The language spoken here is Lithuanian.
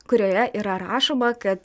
kurioje yra rašoma kad